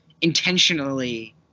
intentionally